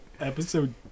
episode